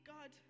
God